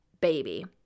baby